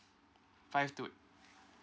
five two